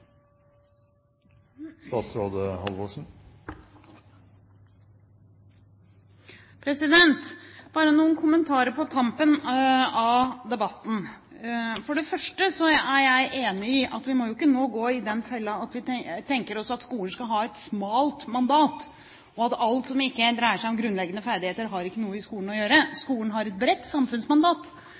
jeg enig i at vi nå ikke må gå i den fella at vi tenker oss at skolen skal ha et smalt mandat, og at alt som ikke dreier seg om grunnleggende ferdigheter, ikke har noe i skolen å gjøre. Skolen har et bredt samfunnsmandat.